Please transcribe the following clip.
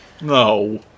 No